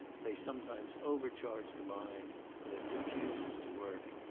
they sometimes overcharge the mind and it refuses to work.